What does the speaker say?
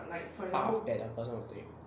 path that the person will take